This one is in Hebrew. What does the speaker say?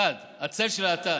אטד, הצל של האטד.